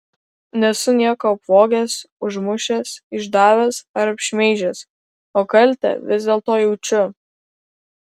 nesu nieko apvogęs užmušęs išdavęs ar apšmeižęs o kaltę vis dėlto jaučiu